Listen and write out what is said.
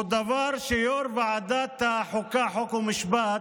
הוא דבר שיו"ר ועדת החוקה, חוק ומשפט,